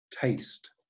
taste